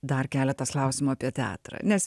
dar keletas klausimų apie teatrą nes